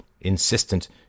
insistent